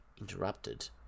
interrupted